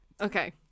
Okay